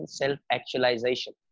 self-actualization